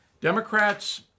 Democrats